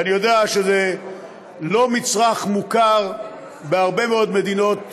ואני יודע שזה לא מצרך מוכר בהרבה מאוד מדינות